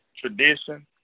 tradition